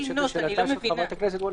בהמשך לשאלתה של ח"כ וונש.